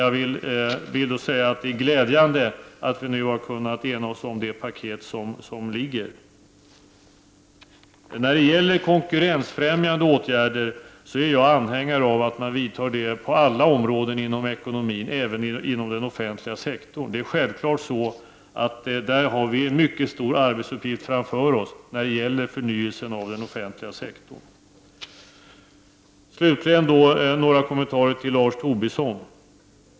Jag vill då säga att det är glädjande att vi nu har kunnat ena oss om det paket som föreligger. Jag är anhängare av att man vidtar konkurrensfrämjande åtgärder på alla områden inom ekonomin, även inom den offentliga sektorn. När det gäller förnyelsen av den offentliga sektorn har vi självfallet en mycket stor arbetsuppgift framför oss. Slutligen några kommentarer till Lars Tobisson.